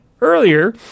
earlier